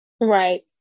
right